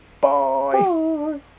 Bye